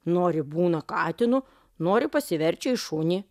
nori būna katinu noriu pasiverčia į šunį